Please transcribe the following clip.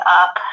up